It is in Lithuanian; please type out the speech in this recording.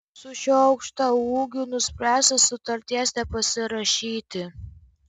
su šiuo aukštaūgiu nuspręsta sutarties nepasirašyti